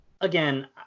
again